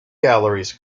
galleries